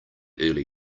early